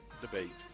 debate